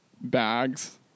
bags